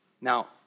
Now